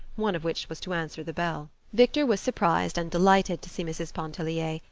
one of which was to answer the bell. victor was surprised and delighted to see mrs. pontellier,